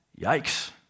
Yikes